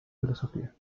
filosofía